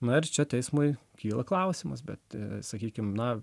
na ir čia teismui kyla klausimas bet sakykim na